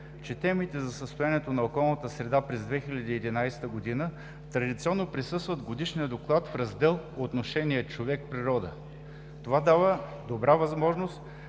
че темите за състоянието на околната среда след 2011 г. традиционно присъстват в Годишния доклад в раздела „Отношение човек-природа“. Това дава добра възможност